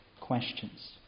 questions